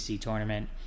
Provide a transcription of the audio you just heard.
tournament